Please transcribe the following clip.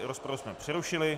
Rozpravu jsme přerušili.